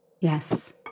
Yes